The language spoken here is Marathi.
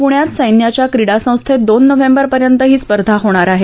पुण्यात सैन्याच्या क्रीडा संस्थेत दोन नोव्हेंबरपर्यंत ही स्पर्धा होणार आहे